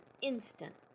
instant